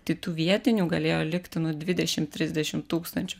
tai tų vietinių galėjo likti nu dvidešim trisdešim tūkstančių